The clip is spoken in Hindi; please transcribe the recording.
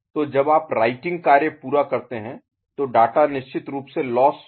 तो जब आप राइटिंग कार्य पूरा करते हैं तो डाटा निश्चित रूप से लोस्स Loss खो हो जाता है